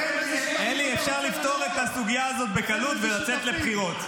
אפשר לפתור את הסוגיה הזאת בקלות ולצאת לבחירות.